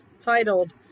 titled